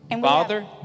father